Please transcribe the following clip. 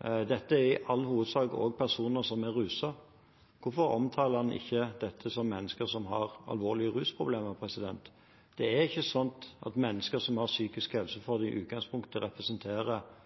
Dette er i all hovedsak også personer som er ruset. Hvorfor omtaler en ikke dette som mennesker som har alvorlige rusproblemer? Det er ikke sånn at mennesker som har psykiske helseutfordringer, i utgangspunktet representerer i større grad en fare for andre enn andre mennesker. Men det er ofte sånn at hvis du har en psykisk helseutfordring som er alvorlig, og i